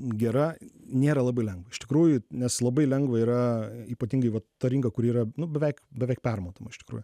gera nėra labai lengva iš tikrųjų nes labai lengva yra ypatingai vat ta rinka kuri yra nu beveik beveik permatoma iš tikrųjų